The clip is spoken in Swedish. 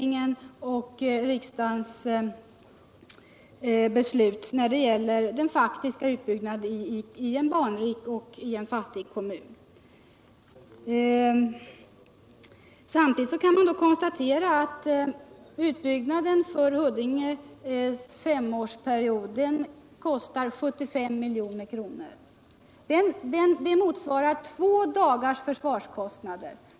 Så slår riksdagens beslut när det gäller den faktiska utbyggnaden i en barnrik och fattig kommun. Samtidigt kan man konstatera att utbyggnaden för femårsperioden kostar 75 milj.kr. för Huddinge. Det motsvarar 2 dagars försvarskostnader.